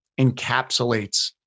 encapsulates